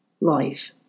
life